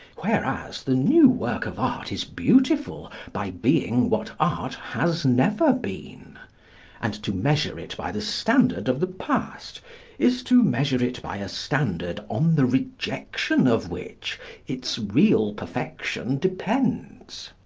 whereas the new work of art is beautiful by being what art has never been and to measure it by the standard of the past is to measure it by a standard on the rejection of which its real perfection depends.